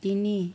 তিনি